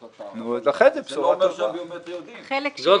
פיתוח וחלק מהכסף מועבר למוסדות ציבור כי כל